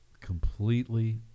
completely